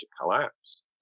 collapse